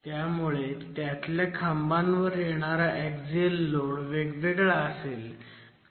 त्यामुळे त्यातल्या खांबांवर येणारा एक्झिअल लोड वेगवेगळा असेल